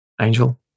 Angel